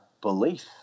belief